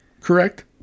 correct